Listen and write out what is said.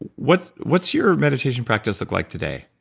what's what's your meditation practice look like today?